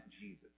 Jesus